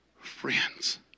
friends